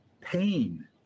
pain